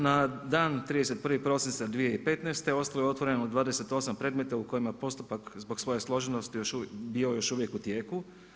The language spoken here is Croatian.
Na dan 31. prosinca 2015. ostalo je otvoreno 28 predmeta u kojima je postupak zbog svoje složenosti bio još uvijek u tijeku.